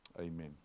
Amen